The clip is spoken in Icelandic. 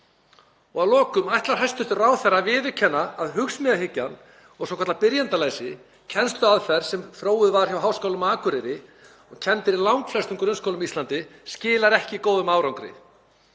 Og að lokum: Ætlar hæstv. ráðherra að viðurkenna að hugsmíðahyggjan og svokallað byrjendalæsi, kennsluaðferð sem þróuð var hjá Háskólanum á Akureyri og kennd er í langflestum grunnskólum á Íslandi, skilar ekki góðum árangri?